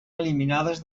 eliminades